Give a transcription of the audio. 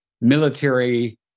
military